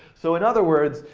so in other words,